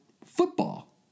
football